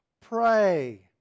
Pray